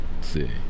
see